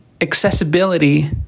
accessibility